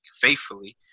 faithfully